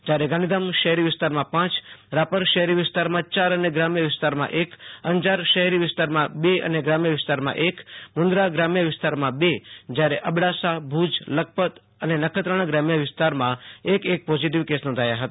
જ્યારે ગાંધીધામ શહેરી વિસ્તારમાં પાંચ રાપર શહેરી વિસ્તારમાં ચાર અને ગ્રામ્ય વિસ્તારમાં એક્ર અંજાર શહેરી વિસ્તારમાં બે અને ગ્રામ્ય વિસ્તારમાં એક મુન્દ્રા ગ્રામ્ય વિસ્તારમાં બે જ્યારે અબડાસાભુજલખપત અને નખત્રાણા ગ્રામ્ય વિસ્તારમાં એક એક પોઝિટિવ કેસ નોંધાયા હતા